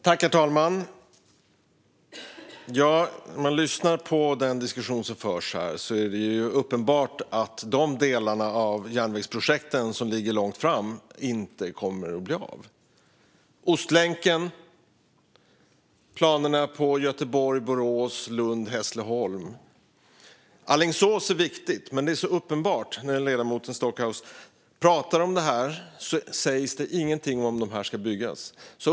Herr talman! När man lyssnar på den diskussion som förs här är det uppenbart att de delar av järnvägsprojekten som ligger långt fram i tiden inte kommer att bli av. Det gäller till exempel Ostlänken och planerna för Göteborg-Borås och Lund-Hässleholm. Alingsås är viktigt, men det är uppenbart att när ledamoten Stockhaus pratar om det här sägs ingenting om att de här ska byggas.